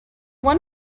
one